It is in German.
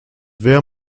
wer